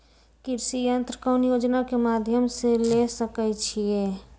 कृषि यंत्र कौन योजना के माध्यम से ले सकैछिए?